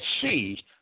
see